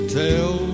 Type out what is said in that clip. tell